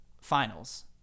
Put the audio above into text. finals